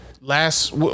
Last